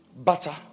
Butter